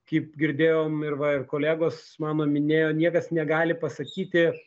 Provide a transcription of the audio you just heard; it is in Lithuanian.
kaip girdėjom ir va ir kolegos mano minėjo niekas negali pasakyti